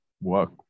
work